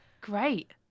Great